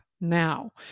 now